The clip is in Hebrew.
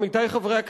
עמיתי חברי הכנסת,